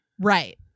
Right